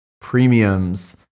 premiums